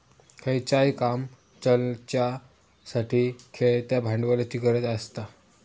खयचाय काम चलाच्यासाठी खेळत्या भांडवलाची गरज आसता